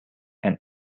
and